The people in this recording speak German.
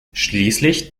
schließlich